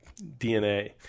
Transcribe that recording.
DNA